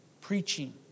preaching